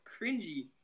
cringy